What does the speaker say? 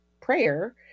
prayer